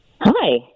Hi